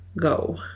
Go